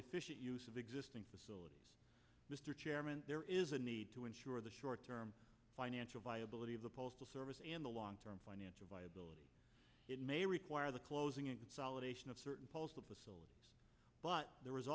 efficient use of existing facilities mr chairman there is a need to ensure the short term financial viability of the postal service and the long term financial viability it may require the closing in consolidation of certain postal facilities but there